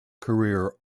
career